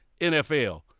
NFL